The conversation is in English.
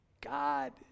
God